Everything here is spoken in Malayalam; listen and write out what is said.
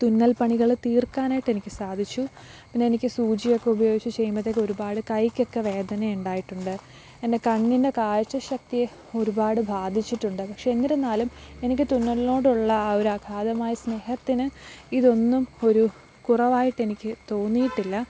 തുന്നല് പണികൾ തീര്ക്കാനായിട്ട് എനിക്ക് സാധിച്ചു പിന്നെയെനിക്ക് സൂചിയൊക്കെ ഉപയോഗിച്ച് ചെയ്യുമ്പോഴത്തേക്ക് ഒരുപാട് കൈക്കൊക്കെ വേദനയുണ്ടായിട്ടുണ്ട് എന്റെ കണ്ണിന് കാഴ്ചശക്തിയെ ഒരുപാട് ബാധിച്ചിട്ടുണ്ട് പക്ഷെ എന്നിരുന്നാലും എനിക്ക് തുന്നലിനോടുള്ള ആ ഒരു അഗാധമായ സ്നേഹത്തിന് ഇതൊന്നും ഒരു കുറവായിട്ട് എനിക്ക് തോന്നിയിട്ടില്ല